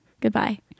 Goodbye